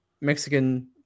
Mexican